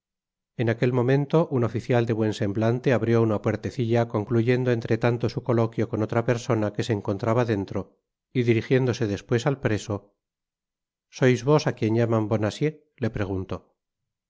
en aquel momento un oficial de buen semblante abrió una puertecilla concluyendo entretanto su coloquio con otra persona que se encontraba dentro y dirigiéndose despues al preso sois vos á quien llaman bonacieux le preguntó sí